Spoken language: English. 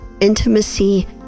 intimacy